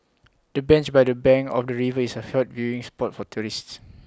the bench by the bank of the river is A hot viewing spot for tourists